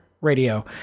Radio